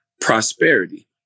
prosperity